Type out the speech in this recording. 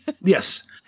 Yes